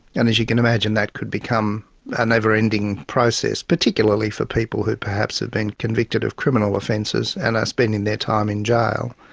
and as you can imagine, that could become a never-ending process, particularly for people who perhaps have been convicted of criminal offences and are spending their time in jail.